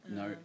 no